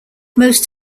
most